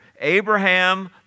Abraham